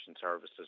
services